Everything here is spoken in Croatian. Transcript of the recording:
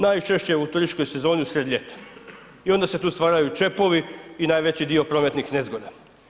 Najčešće u turističkoj sezoni usred ljeta i onda se tu stvaraju čepovi i najveći dio prometnih nezgoda.